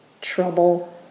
trouble